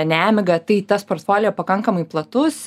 nemiga tai tas portfolio pakankamai platus